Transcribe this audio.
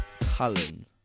Cullen